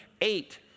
eight